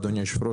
אדוני היושב-ראש,